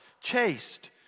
chaste